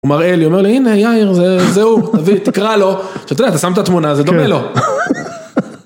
הוא מראה לי ואומר לי, הנה יאיר, זה הוא, תקרא לו, שאתה יודע, אתה שם את התמונה, זה דומה לו.